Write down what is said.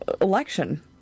election